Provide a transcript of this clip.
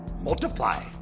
multiply